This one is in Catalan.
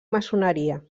maçoneria